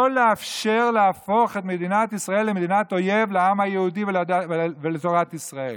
לא לאפשר להפוך את מדינת ישראל למדינת אויב לעם היהודי ולתורת ישראל,